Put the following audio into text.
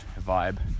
vibe